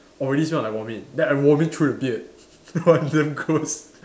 already smell like vomit then I vomit through the beard that was damn gross